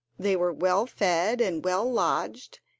they were well fed and well lodged,